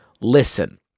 Listen